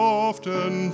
often